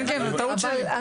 הדבר השני הוא לגופו של עניין.